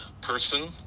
person